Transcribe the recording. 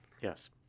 yes